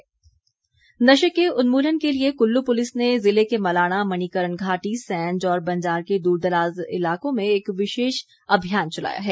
अभियान नशे के उन्मूलन के लिए कुल्लू पुलिस ने जिले के मलाणा मणिकरण घाटी सैंज और बंजार के दूरदराज इलाकों में एक विशेष अभियान चलाया है